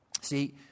See